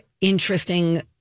interesting